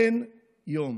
אין יום,